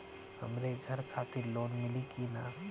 हमरे घर खातिर लोन मिली की ना?